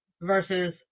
versus